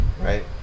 right